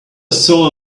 saw